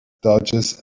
dodges